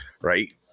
Right